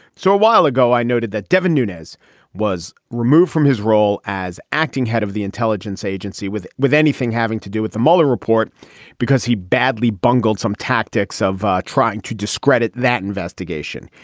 so a while ago i noted that devon nunez was removed from his role as acting head of the intelligence agency with with anything having to do with the mueller report because he badly bungled some tactics of trying to discredit that investigation.